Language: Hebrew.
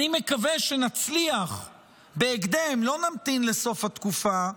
אני מקווה שנצליח בהקדם, לא נמתין לסוף התקופה,